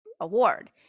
award